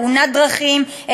תאונת דרכים,